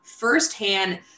firsthand